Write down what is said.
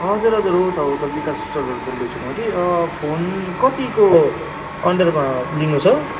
हजुर हजुर हो त हो त विकास स्टोरबाट बोल्दैछु म कि फोन कतिको अन्डरमा लिनु छ